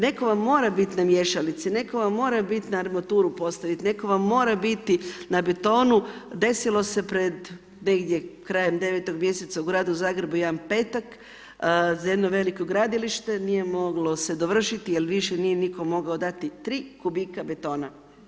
Netko vam mora biti na miješalici, netko vam mora biti na armaturu postavit', netko vam mora biti na betonu, desilo se pred, negdje krajem devetog mjeseca, u Gradu Zagrebu, jedan petak, za jedno veliko gradilište nije moglo se dovršiti, jer više nije nitko mogao dati 3 kubika betona.